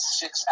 six